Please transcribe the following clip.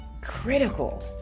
critical